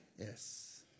Yes